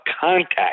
contact